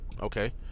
okay